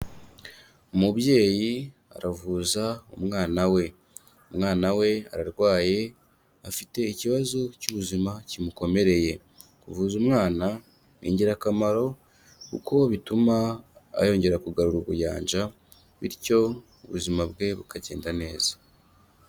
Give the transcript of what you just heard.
Umubyeyi aravuza umwana we. Umwana we ararwaye afite ikibazo cy'ubuzima kimukomereye. Kuvuza umwana ni ingirakamaro kuko bituma yongera kugarura ubuyanja, bityo ubuzima bwe bukagenda neza.